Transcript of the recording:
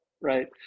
Right